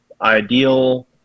ideal